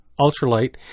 Ultralight